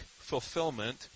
fulfillment